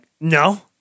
no